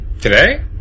Today